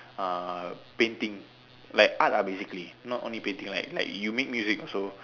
uh painting like art lah basically not only painting like like you make music also